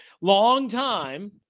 Long-time